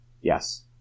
Yes